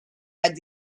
had